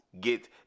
get